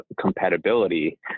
compatibility